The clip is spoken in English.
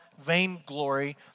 vainglory